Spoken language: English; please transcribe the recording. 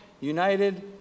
United